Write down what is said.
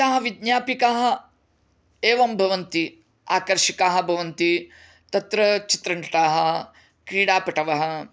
ताः विज्ञापिकाः एवं भवन्ति आकर्षिकाः भवन्ति तत्र चित्रनिष्ठाः क्रीडा पटव